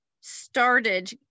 started